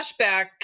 flashback